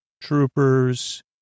troopers